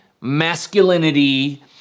masculinity